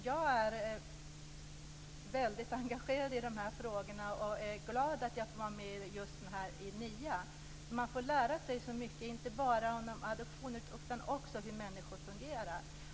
Jag är väldigt engagerad i de här frågorna och är glad över att få vara med i NIA. Man får där lära sig mycket, inte bara om adoptioner utan också om hur människor fungerar.